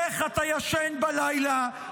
איך אתה ישן בלילה,